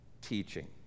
teaching